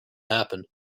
happen